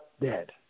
dead